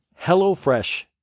HelloFresh